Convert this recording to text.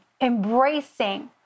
embracing